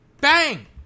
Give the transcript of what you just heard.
Bang